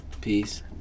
peace